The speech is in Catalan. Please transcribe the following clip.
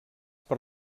per